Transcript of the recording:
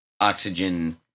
oxygen